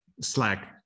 Slack